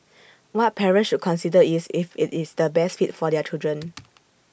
what parents should consider is if IT is the best fit for their children